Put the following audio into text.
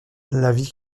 l’avis